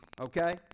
okay